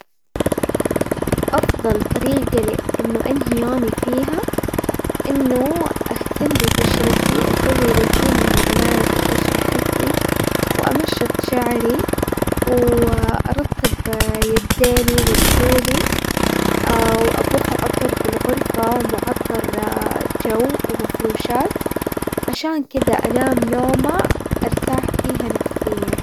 افضل طريقة انه انهي يومي فيها انه اهتم ببشرتي، اسوي روتين للعناية بالبشرة حقي، وامشط شعري وارطب يديني ورجولي، وابخ عطر بالغرفة ومعطر جو ومفروشات عشان كذا انام نومة ارتاح فيها نفسيا.